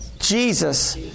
Jesus